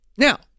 Now